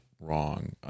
wrong